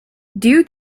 due